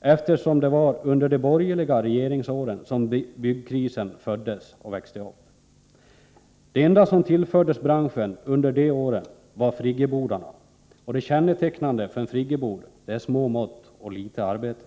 eftersom det var under de borgerliga regeringsåren som byggkrisen föddes och växte upp. Det enda som tillfördes branschen under de åren var friggebodarna — och det kännetecknande för en friggebod är små mått och litet arbete.